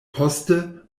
poste